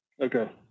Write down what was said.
okay